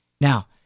Now